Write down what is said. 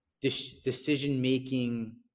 decision-making